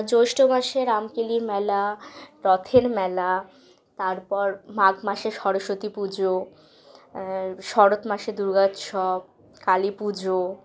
জ্যৈষ্ঠ মাসে রামকেলি মেলা রথের মেলা তারপর মাঘ মাসে সরস্বতী পুজো শরৎ মাসে দুর্গা উৎসব কালী পুজো